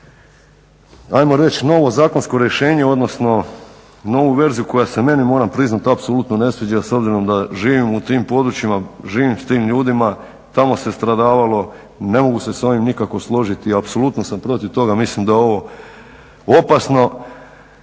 ajmo reći novo zakonsko rješenje odnosno novu verziju koja se meni moram priznati apsolutno ne sviđa s obzirom da živim u tim područjima, živim s tim ljudima. Tamo se stradavalo ne mogu se nikako s ovim nikako složiti i apsolutno sam protiv toga. Mislim da je ovo opasno